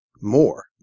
more